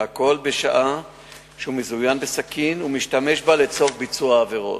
והכול בשעה שהוא מזוין בסכין ומשתמש בה לצורך ביצוע העבירות.